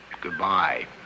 Goodbye